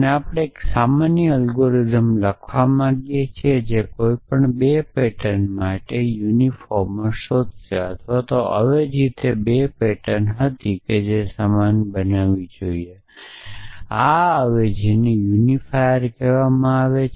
અને આપણે એક સામાન્ય એલ્ગોરિધમ લખવા માંગીએ છીએ જે કોઈ પણ 2 પેટર્ન માટેયુનિફોર્મર શોધશે અથવા અવેજી તે 2 પેટર્ન હતી જે તેને સમાન બનાવવી જોઈએ આ અવેજીને યુનિફાયર કહેવામાં આવે છે